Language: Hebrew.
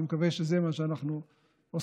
אני מקווה שזה מה שאנחנו עושים.